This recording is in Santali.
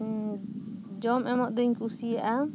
ᱡᱚᱢ ᱮᱢᱚᱜ ᱫᱩᱧ ᱠᱩᱥᱤᱭᱟᱜᱼᱟ